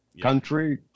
country